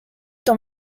dans